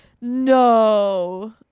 No